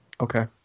Okay